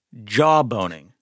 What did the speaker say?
Jawboning